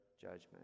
judgment